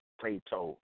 Plato